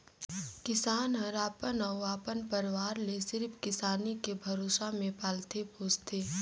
किसान हर अपन अउ अपन परवार ले सिरिफ किसानी के भरोसा मे पालथे पोसथे